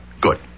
Good